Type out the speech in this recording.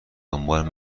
دنبال